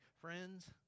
friends